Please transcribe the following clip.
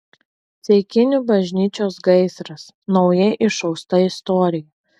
ceikinių bažnyčios gaisras naujai išausta istorija